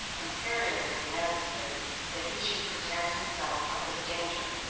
imperiously necessary that he should protect himself from this danger.